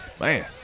Man